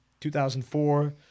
2004